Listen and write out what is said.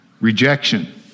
rejection